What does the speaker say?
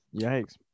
Yikes